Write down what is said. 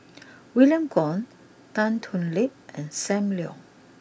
William Goode Tan Thoon Lip and Sam Leong